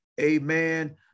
Amen